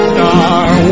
Star